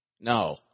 No